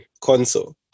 console